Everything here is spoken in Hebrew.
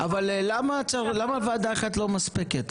אבל למה ועדה אחת לא מספקת?